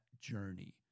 journey